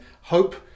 hope